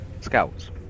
scouts